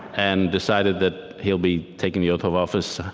and decided that he'll be taking the oath of office,